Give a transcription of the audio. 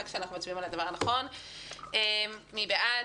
מי בעד?